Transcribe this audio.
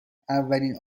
اولین